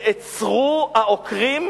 מסוימת הם לא באים.